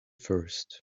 first